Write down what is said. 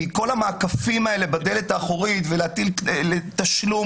כי כל המעקפים האלה בדלת האחורית ולהטיל תשלום